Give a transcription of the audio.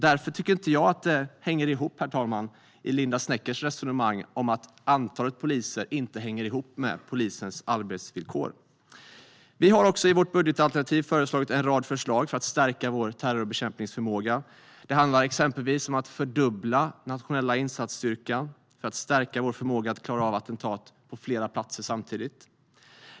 Därför, herr talman, tycker jag inte att Linda Sneckers resonemang om att antalet poliser inte hänger ihop med polisens arbetsvillkor stämmer. Vi har också i vårt budgetalternativ en rad förslag för att stärka vår terrorbekämpningsförmåga. Det handlar exempelvis om att fördubbla nationella insatsstyrkan för att stärka vår förmåga att klara av attentat på flera platser samtidigt.